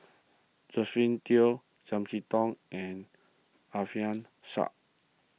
Josephine Teo Chiam See Tong and Alfian Sa'At